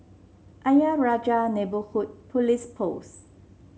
Ayer Rajah Neighbourhood Police Post